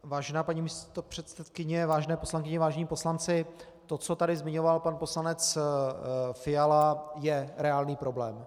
Vážená paní místopředsedkyně, vážené poslankyně, vážení poslanci, to, co tady zmiňoval pan poslanec Fiala, je reálný problém.